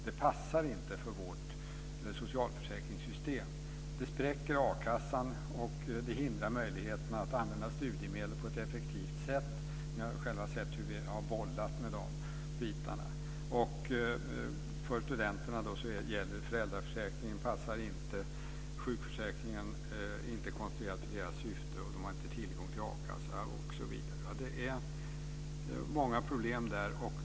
Det passar inte för vårt socialförsäkringssystem. Det spräcker a-kassan och det hindrar möjligheterna att använda studiemedlen på ett effektivt sätt. Ni har själva sett hur vi har bollat med de bitarna. För studenterna passar inte föräldraförsäkringen, sjukförsäkringen är inte konstruerad efter deras syfte och de har inte tillgång till a-kassa. Det är många problem där.